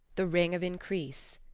the ring of increase.